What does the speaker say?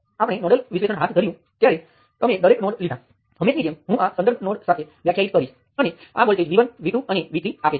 તેથી જ્યારે આપણે સુપર નોડ બનાવીએ છીએ અને કિર્ચોફનાં કરંટનો નિયમને આખાં સુપર નોડ માટે લખીએ છીએ ત્યારે સામાન્ય રીતે સુપર નોડ બનાવીને આપણે તે બધા કરંટને એકસાથે દૂર કરીએ છીએ